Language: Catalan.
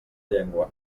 llengua